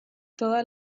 todas